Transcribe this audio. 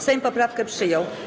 Sejm poprawkę przyjął.